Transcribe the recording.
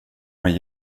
med